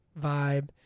vibe